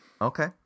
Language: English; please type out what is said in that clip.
Okay